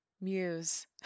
muse